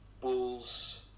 Bulls